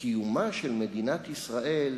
וקיומה של מדינת ישראל